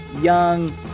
young